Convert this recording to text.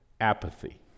apathy